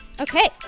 okay